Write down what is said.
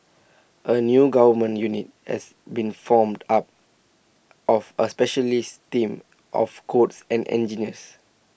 A new government unit has been formed up of A specialist team of codes and engineers